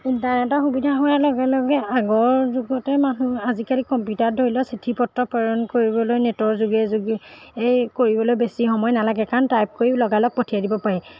ইণ্টাৰনেটৰ সুবিধা হোৱাৰ লগে লগে আগৰ যুগতে মানুহ আজিকালি কম্পিউটাৰ ধৰি লওক চিঠি পত্ৰ প্ৰেৰণ কৰিবলৈ নেটৰ যোগে যোগে এই কৰিবলৈ বেছি সময় নালাগে কাৰণ টাইপ কৰি লগালগ পঠিয়াই দিব পাৰি